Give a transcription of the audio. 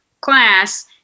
class